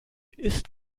ist